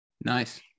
Nice